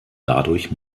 dadurch